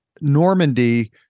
Normandy